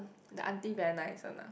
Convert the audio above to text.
the aunty very nice one ah